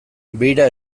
beira